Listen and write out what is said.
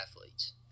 athletes